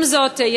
עם זאת,